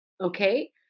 okay